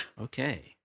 Okay